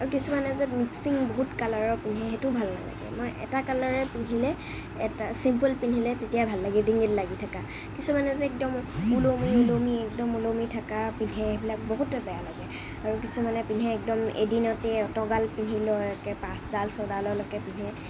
আৰু কিছুমানে যে মিক্সিং বহুত কালাৰৰ পিন্ধে সেইটোও ভাল নালাগে মই এটা কালাৰেই পিন্ধিলে এটা চিম্পল পিন্ধিলে তেতিয়া ভাল লাগে ডিঙিত লাগি থাকা কিছুমানে যে একদম ওলমি ওলমি একদম ওলমি থাকা পিন্ধে সেইবিলাক বহুতে বেয়া লাগে আৰু কিছুমানে পিন্ধে একদম এদিনতে অতগাল পিন্ধি লয় একে পাঁচডাল ছডাললৈকে পিন্ধে